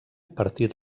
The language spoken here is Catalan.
partit